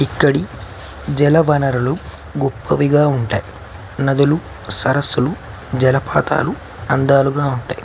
ఇక్కడ జల వనరులు గొప్పగా ఉంటాయి నదులు సరస్సులు జలపాతాలు అందంగా ఉంటాయి